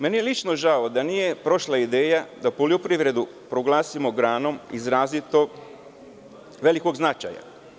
Meni je lično žao da nije prošla ideja da poljoprivredu proglasimo granom izrazito velikog značaja.